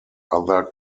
other